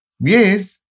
Yes